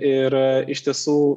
ir iš tiesų